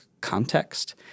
context